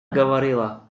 говорила